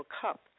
cup